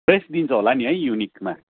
fresh दिन्छ होला नि है युनिकमा